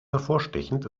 hervorstechend